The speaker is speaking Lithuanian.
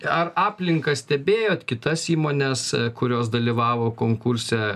ar aplinką stebėjot kitas įmones kurios dalyvavo konkurse